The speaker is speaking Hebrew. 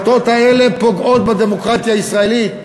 פוגעות בדמוקרטיה הישראלית.